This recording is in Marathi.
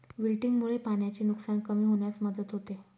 विल्टिंगमुळे पाण्याचे नुकसान कमी होण्यास मदत होते